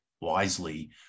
wisely